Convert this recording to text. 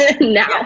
now